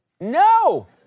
No